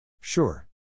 Sure